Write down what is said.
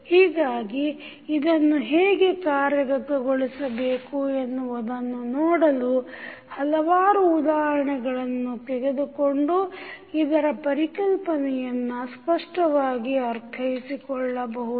ಹೀಗಾಗಿ ಇದನ್ನು ಹೇಗೆ ಕಾರ್ಯಗತಗೊಳಿಸಬೇಕು ಎನ್ನುವುದನ್ನು ನೋಡಲು ಹಲವಾರು ಉದಾಹರಣೆಗಳನ್ನು ತೆಗೆದುಕೊಂಡು ಇದರ ಪರಿಕಲ್ಪನೆಯನ್ನು ಸ್ಪಷ್ಟವಾಗಿ ಅರ್ಥೈಸಿಕೊಳ್ಳಬಹುದು